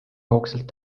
hoogsalt